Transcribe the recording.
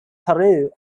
peru